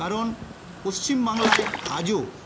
কারণ পশ্চিমবাংলায় আজও